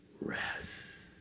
rest